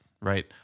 Right